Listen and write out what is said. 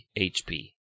HP